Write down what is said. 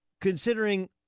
Considering